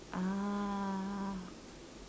uh